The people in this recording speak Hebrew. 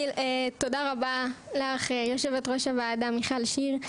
תודה רבה לך יושבת-ראש הוועדה מיכל שיר,